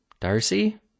Darcy